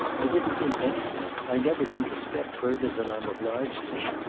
i didn't think anything. i never think a step further than i'm obliged to.